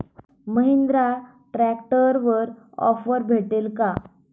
महिंद्रा ट्रॅक्टरवर ऑफर भेटेल का?